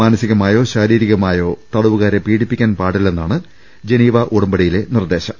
മാനസികമായോ ശാരീരികമായോ തടവുകാരെ പീഡിപ്പിക്കാൻ പാടി ല്ലെന്നാണ് ജനീവ കരാറിലെ നിർദ്ദേശം